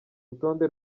rutonde